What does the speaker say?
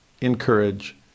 encourage